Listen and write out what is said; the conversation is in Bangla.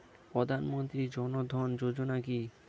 প্রধানমন্ত্রী জনধন যোজনা কি?